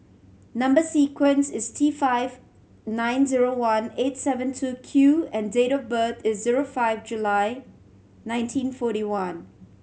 number sequence is T five nine zero one eight seven two Q and date of birth is zero five July nineteen forty one